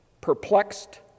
perplexed